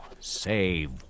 save